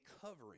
covering